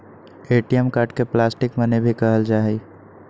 ATM card के plastic money भी कहल जाहई